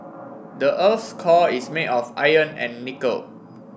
the earth core is made of iron and nickel